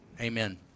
Amen